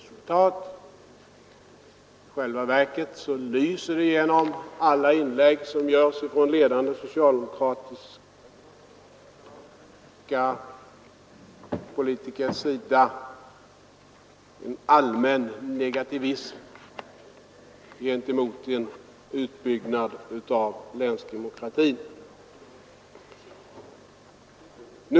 I själva verket lyser det igenom alla inlägg som görs från ledande socialdemokratiska politiker en allmän negativism till en utbyggnad av länsdemokratin.